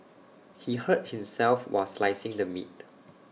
he hurt himself while slicing the meat